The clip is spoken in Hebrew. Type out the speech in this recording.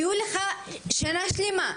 הייתה לך שנה שלמה,